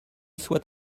soit